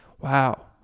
wow